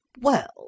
Well